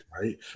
right